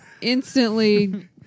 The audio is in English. Instantly